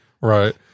Right